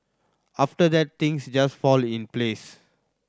after that things just fell in place